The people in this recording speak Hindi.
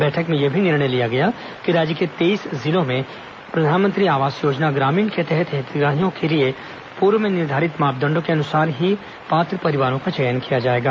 बैठक में यह भी निर्णय लिया गया कि राज्य के तेईस जिलों में प्रधानमंत्री आवास योजना ग्रामीण के तहत हितग्राहियों के लिए पूर्व में निर्धारित मापदंडों के अनुसार ही पात्र परिवारों का चयन किया जाएगा